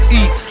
eat